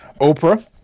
Oprah